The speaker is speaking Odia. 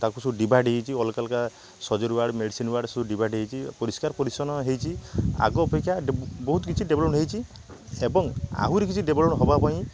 ତାକୁ ସବୁ ଡିଭାଇଡ଼୍ ହେଇଛି ଅଲଗା ଅଲଗା ସର୍ଜରୀ ୱାର୍ଡ଼ ମେଡ଼ିସିନ ୱାର୍ଡ଼ ସବୁ ଡିଭାଇଡ଼୍ ହେଇଛି ପରିଷ୍କାର ପରିଚ୍ଛନ୍ନ ହେଇଛି ଆଗ ଅପେକ୍ଷା ବହୁତ କିଛି ଡେଭଲପମେଣ୍ଟ ହେଇଛି ଏବଂ ଆହୁରି କିଛି ଡେଭଲପମେଣ୍ଟ ହେବା ପାଇଁ